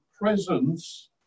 presence